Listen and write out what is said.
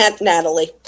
Natalie